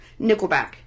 nickelback